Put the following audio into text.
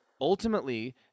ultimately